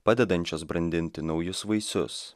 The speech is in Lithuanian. padedančios brandinti naujus vaisius